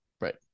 right